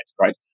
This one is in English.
right